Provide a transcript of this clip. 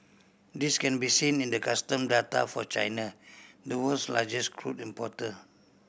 this can be seen in the custom data for China the world's largest crude importer